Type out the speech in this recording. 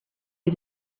you